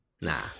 Nah